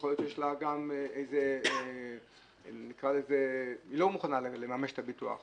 יכול להיות שיש לה גם --- היא לא מוכנה לממש את הביטוח,